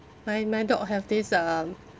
my my dog have this um